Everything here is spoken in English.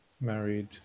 married